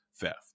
theft